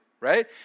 right